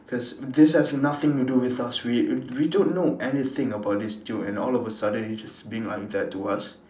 cause this has nothing to do with us we we don't know anything about this dude and all of a sudden he's just being like that to us